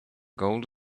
gold